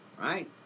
right